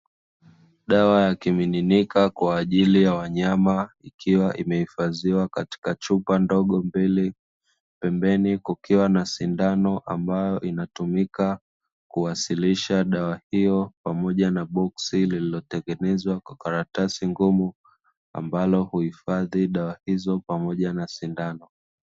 Dawa ya kimiminika kwa ajili ya wanyama, ikiwa imehifadhiwa katika chupa ndogo mbili, pembeni kukiwa na sindano ambayo inatumika kuwasilisha dawa hiyo, pamoja na boksi lililotengenezwa kwa karatasi ngumu, ambalo huhifadhi dawa hizo pamoja na sindano.